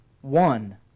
one